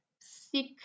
sick